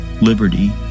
liberty